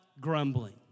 grumbling